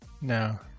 No